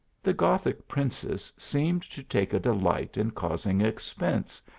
the gothic princess seemed to take a delight in causing expense,